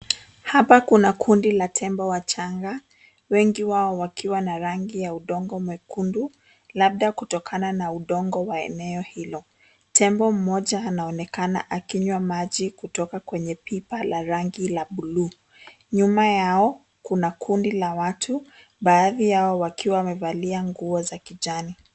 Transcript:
Hapa kuna kundi la tembo wachanga wengi wao wakiwa na rangi ya udongo mwekundu labda kutokana na udongo wa eneo hilo. Tembo mmoja anaonekana akinywa maji kutoka kwenye pipa la rangi la buluu. Nyuma yao kuna kundi la watu baadhi yao wakiwa wamevalia nguo za kijani.